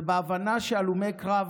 ובהבנה שהלומי קרב,